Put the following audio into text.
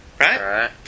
Right